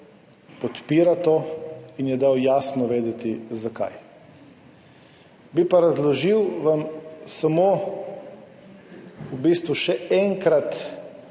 podpira to in je dal jasno vedeti, zakaj. Bi vam pa razložil samo še enkrat